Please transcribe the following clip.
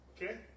Okay